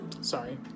Sorry